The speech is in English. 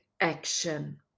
action